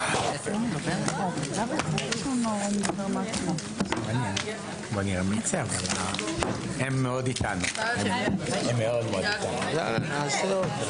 הישיבה ננעלה בשעה 12:01.